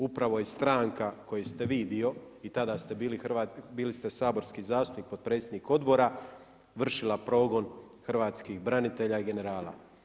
Upravo je stranka, koji ste vi dio i tada ste bili saborski zastupnik, potpredsjednik odbora, vršila progon hrvatskih branitelja i generala.